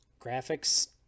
...graphics